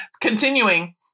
Continuing